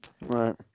Right